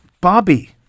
Bobby